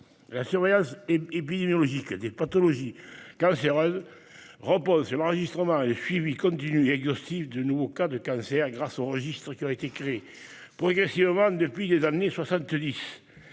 La surveillance épidémiologique des pathologies cancéreuses repose sur l'enregistrement et le suivi continu et exhaustif des nouveaux cas de cancer grâce aux registres qui ont été créés progressivement depuis les années 1970.